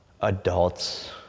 adults